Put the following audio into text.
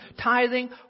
tithing